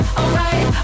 alright